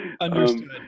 Understood